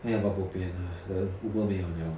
!aiya! but bobian lah the Uber 没有了